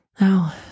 Now